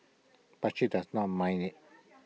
but he does not mind IT